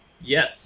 Yes